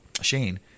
Shane